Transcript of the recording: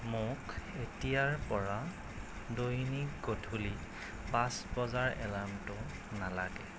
মোক এতিয়াৰ পৰা দৈনিক গধূলি পাঁচ বজাৰ এলাৰ্মটো নালাগে